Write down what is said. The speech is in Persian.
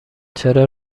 چرا